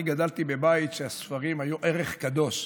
אני גדלתי בבית שבו הספרים היו ערך קדוש.